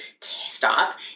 stop